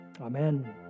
Amen